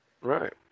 Right